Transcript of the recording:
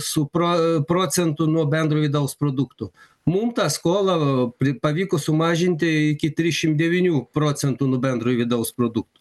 su pro procentų nuo bendro vidaus produkto mum tą skolą pri pavyko sumažinti iki trisšim devynių procentų nuo bendrojo vidaus produkto